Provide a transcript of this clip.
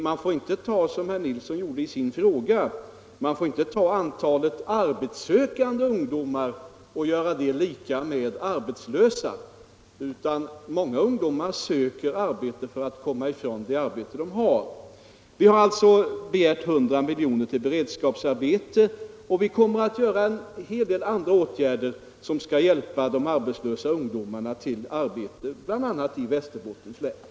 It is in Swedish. Man får inte, som herr Nilsson i Agnäs gjorde i sin fråga, ta antalet arbetssökande ungdomar och säga att det är lika med antalet arbetslösa. Många ungdomar söker nytt arbete för att komma ifrån det arbete de har. Vi har alltså begärt 100 milj.kr. till beredskapsarbeten, och vi kommer att vidta en hel del andra åtgärder som skall hjälpa de arbetslösa ungdomarna till arbete, bl.a. i Västerbottens län.